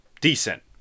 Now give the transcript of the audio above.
decent